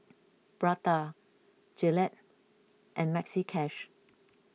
Prada Gillette and Maxi Cash